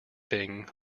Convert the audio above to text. thing